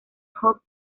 hoc